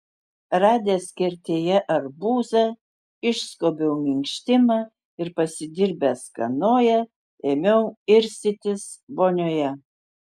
radęs kertėje arbūzą išskobiau minkštimą ir pasidirbęs kanoją ėmiau irstytis vonioje